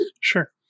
Sure